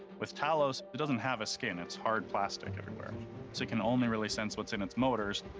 with talos, it doesn't have a skin, it's hard plastic everywhere, so it can only really sense what's in its motors.